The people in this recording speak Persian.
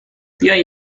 بیاین